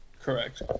Correct